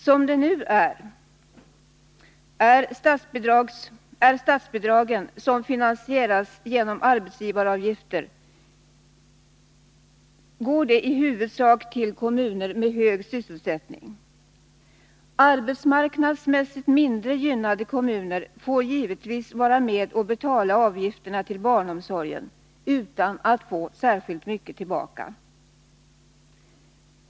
Som det nu är går statsbidragen, som finansieras genom arbetsgivaravgifter, i huvudsak till kommuner med hög sysselsättning. Arbetsmarknadsmässigt mindre gynnade kommuner får givetvis vara med och betala avgifterna till barnomsorgen utan att få särskilt mycket tillbaka.